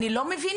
אני לא מבינה.